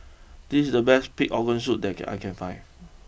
this is the best Pig Organ Soup that I can find